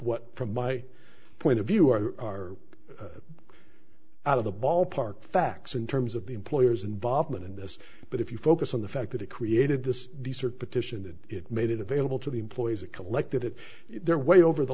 what from my point of view are out of the ballpark facts in terms of the employer's involvement in this but if you focus on the fact that it created this these are petition it it made it available to the employees it collected it their way over the